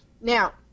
Now